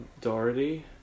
Doherty